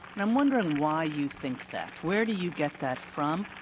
and i'm wondering why you think that. where do you get that from?